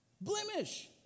Blemish